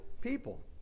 people